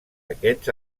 aquests